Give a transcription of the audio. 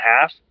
half